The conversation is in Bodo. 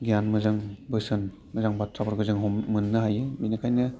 गियान मोजां बोसोन मोजां बाथ्राफोरखौ जों मोननो हायो बेनिखायनो